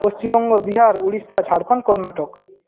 Paschimbanga Bihar Orissa Jharkhand Karnataka